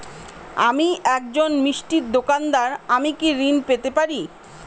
আমি একজন মিষ্টির দোকাদার আমি কি ঋণ পেতে পারি?